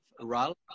Ralph